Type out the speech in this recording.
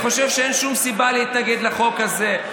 אני חושב שאין שום סיבה להתנגד לחוק הזה.